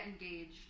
engaged